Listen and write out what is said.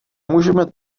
můžeme